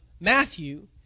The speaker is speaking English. Matthew